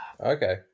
Okay